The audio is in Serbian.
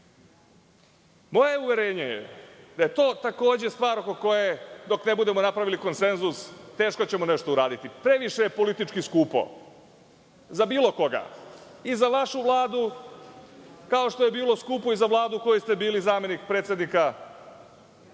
uverenje je da je to takođe stvar oko koje, dok ne budemo napravili konsenzus, teško da ćemo nešto uraditi. Previše je politički skupo za bilo koga i za vašu vladu, kao što je bilo skupo i za Vladu u kojoj ste bili zamenik predsednika.